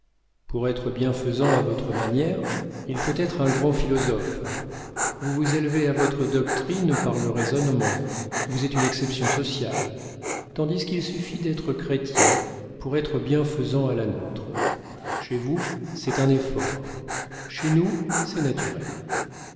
pour être bienfaisant à votre manière il faut être un grand philosophe vous vous élevez à votre doctrine par le raisonnement vous êtes une exception sociale tandis qu'il suffit d'être chrétien pour être bienfaisant à la nôtre chez vous c'est un effort chez nous c'est naturel